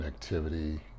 connectivity